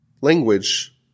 language